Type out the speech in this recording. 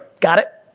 got it?